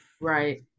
Right